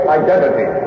identity